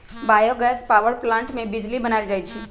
bio gas power plant से बिजली बनाएल जाइ छइ